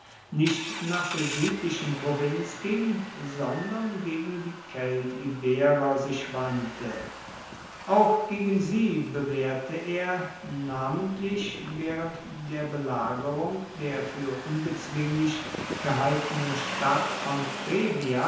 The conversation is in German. nicht nach der südlichen provinz ging sondern gegen die keltiberer sich wandte auch gegen sie bewährte er namentlich während der belagerung der für unbezwinglich gehaltenen stadt